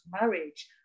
marriage